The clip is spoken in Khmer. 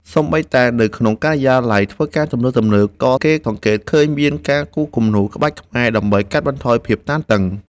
សូម្បីតែនៅក្នុងការិយាល័យធ្វើការទំនើបៗ ក៏គេសង្កេតឃើញមានការគូរគំនូរក្បាច់ខ្មែរដើម្បីកាត់បន្ថយភាពតានតឹង។